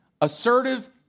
assertive